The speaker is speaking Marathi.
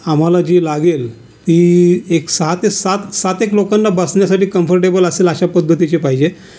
आम्हाला जी लागेल ती एक सहा ते सात सात एक लोकांना बसण्यासाठी कंफर्टेबल असेल अशा पद्धतीची पाहिजे